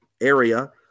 area